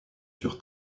sur